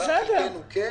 אולי חלקנו כן.